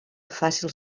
fàcils